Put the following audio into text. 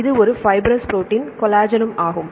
இது ஒரு fibrous protein கொலாஜனும் ஆகும்